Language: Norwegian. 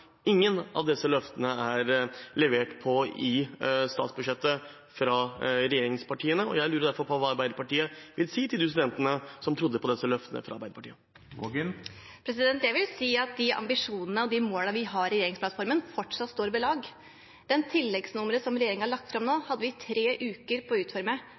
Ingen av disse løftene er levert på i statsbudsjettet fra regjeringspartiene. Jeg lurer derfor på hva Arbeiderpartiet vil si til de studentene som trodde på disse løftene fra Arbeiderpartiet. Jeg vil si at de ambisjonene og de målene vi har i regjeringsplattformen, fortsatt står ved lag. Det tilleggsnummeret regjeringen har lagt fram nå, hadde vi tre uker på å utforme.